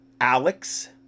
Alex